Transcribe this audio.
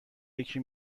یکی